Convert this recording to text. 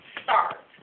start